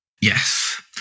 Yes